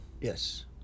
Yes